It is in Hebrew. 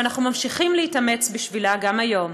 ואנחנו ממשיכים להתאמץ בשבילה גם היום.